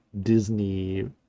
disney